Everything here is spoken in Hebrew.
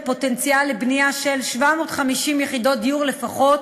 פוטנציאל לבנייה של 750 יחידות דיור לפחות,